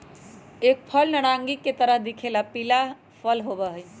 एक फल नारंगी के तरह दिखे वाला पीला फल होबा हई